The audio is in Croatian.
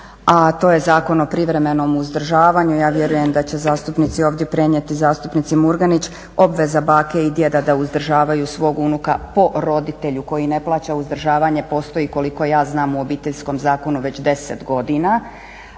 a to je Zakon o privremenom uzdržavanju. Ja vjerujem da će zastupnici ovdje prenijeti zastupnici Murganić, obveza bake i djeda da uzdržavaju svog unuka po roditelju koji ne plaća uzdržavanje postoji koliko ja znam u Obiteljskom zakonu već 10 godina,